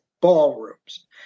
ballrooms